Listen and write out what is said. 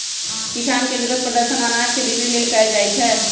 किसान के विरोध प्रदर्शन अनाज के बिक्री लेल कएल जाइ छै